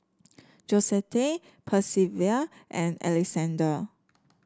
Josette Percival and Alexander